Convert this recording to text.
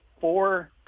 four